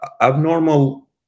Abnormal